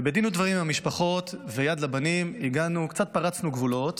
ובדין ודברים עם המשפחות ויד לבנים קצת פרצנו גבולות